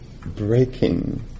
breaking